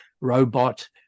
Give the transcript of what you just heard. robot